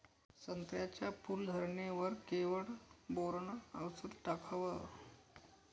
संत्र्याच्या फूल धरणे वर केवढं बोरोंन औषध टाकावं?